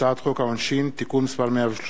הצעת חוק העונשין (תיקון מס' 113)